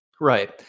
Right